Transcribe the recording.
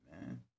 man